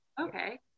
Okay